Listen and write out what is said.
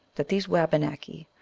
that these wabanaki,